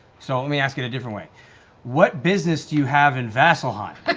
so let me ask it a different way what business do you have in vasselheim? but